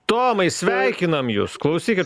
tomai sveikinam jus klausykit